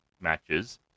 matches